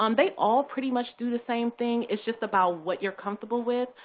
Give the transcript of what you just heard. um they all pretty much do the same thing. it's just about what you're comfortable with.